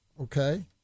okay